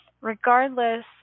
regardless